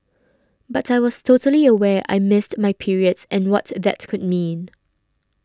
but I was totally aware I missed my periods and what that could mean